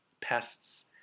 pests